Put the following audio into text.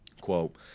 Quote